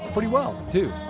pretty well too,